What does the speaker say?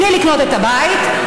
בלי לקנות את הבית,